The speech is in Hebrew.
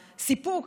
הסיפוק,